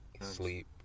sleep